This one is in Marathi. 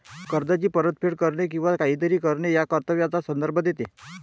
कर्जाची परतफेड करणे किंवा काहीतरी करणे या कर्तव्याचा संदर्भ देते